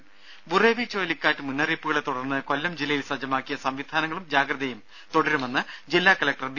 ദേദ ബുറേവി ചുഴലിക്കാറ്റ് മുന്നറിയിപ്പുകളെ തുടർന്ന് കൊല്ലം ജില്ലയിൽ സജ്ജമാക്കിയ സംവിധാനങ്ങളും ജാഗ്രതയും തുടരുമെന്ന് ജില്ലാ കലക്ടർ ബി